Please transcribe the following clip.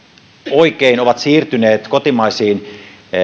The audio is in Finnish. oikein ovat siirtyneet kotimaisiin